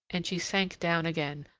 and she sank down again,